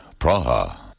Praha